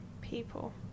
people